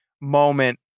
moment